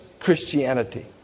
Christianity